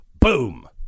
boom